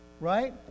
right